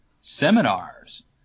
seminars